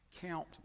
count